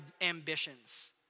ambitions